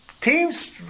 teams